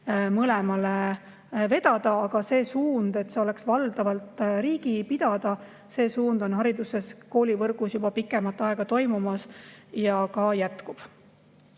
mõlema vedada, aga see suund, et see oleks valdavalt riigi pidada, on hariduses, koolivõrgus juba pikemat aega olnud ja ka